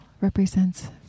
represents